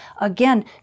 again